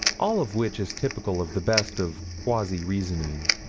all of which is typical of the best of quasi-reasoning.